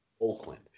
Oakland